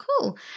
cool